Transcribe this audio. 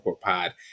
Pod